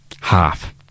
half